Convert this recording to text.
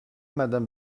madame